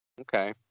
Okay